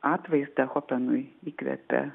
atvaizdą chopenui įkvėpė